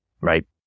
Right